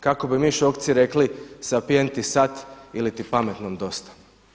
Kako bi mi Šokci rekli „sapienti sat“ ili'ti „pametnom dosta“